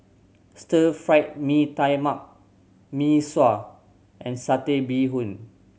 Stir Fried Mee Tai Mak Mee Sua and Satay Bee Hoon